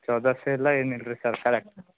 ಎಲ್ಲ ಏನಿಲ್ಲ ರೀ ಸರ್